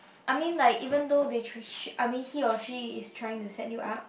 I mean like even though they tr~ I mean he or she is trying to set you up